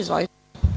Izvolite.